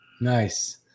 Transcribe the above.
nice